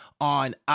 on